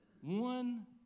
One